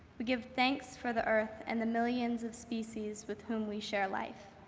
we give thanks for the earth, and the millions of species with whom we share life.